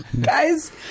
Guys